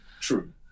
True